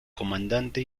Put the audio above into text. comandante